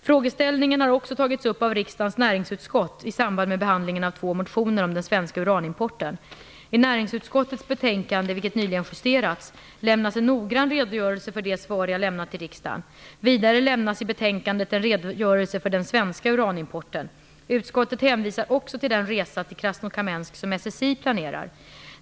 Frågeställningen har också tagits upp av riksdagens näringsutskott i samband med behandlingen av två motioner om den svenska uranimporten. I näringsutskottets betänkande , vilket nyligen har justerats, lämnas en noggrann redogörelse för det svar jag lämnat i riksdagen. Vidare lämnas i betänkandet en redogörelse för den svenska uranimporten. Utskottet hänvisar också till den resa till Krasnokamensk som SSI planerar.